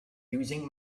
using